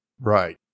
Right